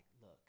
look